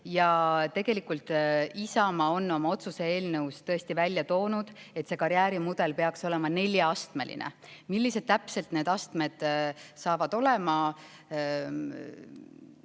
Tegelikult on Isamaa oma otsuse eelnõus tõesti välja toonud, et see karjäärimudel peaks olema neljaastmeline. Millised täpselt need astmed saavad olema